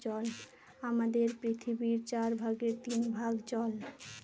আমাদের পৃথিবীর চার ভাগের তিন ভাগ জল